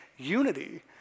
Unity